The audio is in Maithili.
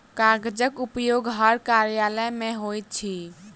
कागजक उपयोग हर कार्यालय मे होइत अछि